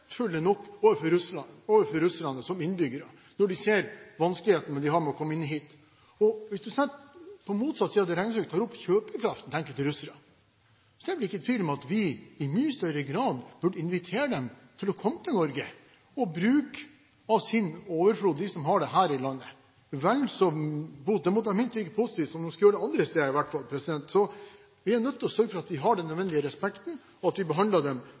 nok overfor russerne som innbyggere når de ser vanskelighetene de har med å komme inn hit. Hvis du på motsatt side av det regnestykker tar opp kjøpekraften til enkelte russere, er det ikke tvil om at vi i mye større grad burde invitere dem til å komme til Norge og bruke av sin overflod – de som har det – her i landet. Det måtte i hvert fall være minst like positivt som om de skulle gjøre det andre steder i hvert fall. Så vi nødt til å sørge for at vi har den nødvendige respekten, og at vi behandler dem